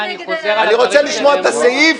אני רוצה לשמוע את הסעיף,